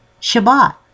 Shabbat